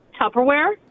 Tupperware